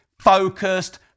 focused